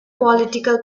political